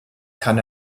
kann